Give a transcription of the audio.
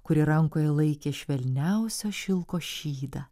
kuri rankoje laikė švelniausio šilko šydą